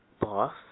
boss